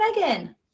Megan